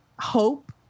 hope